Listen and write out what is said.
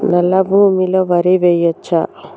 నల్లా భూమి లో వరి వేయచ్చా?